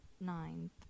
ninth